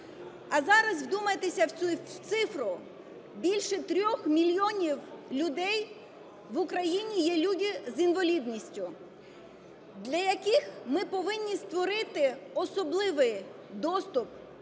А зараз вдумайтеся в цю цифру – більше 3 мільйонів людей в Україні є люди з інвалідністю, для яких ми повинні створити особливий доступ,